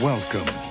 Welcome